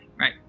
right